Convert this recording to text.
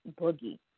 Boogie